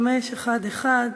3511: